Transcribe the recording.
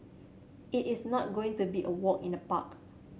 it is not going to be a walk in the park